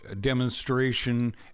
demonstration